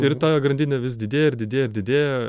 ir ta grandinė vis didėja ir didėja ir didėja